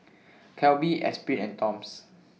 Calbee Esprit and Toms